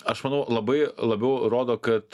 aš manau labai labiau rodo kad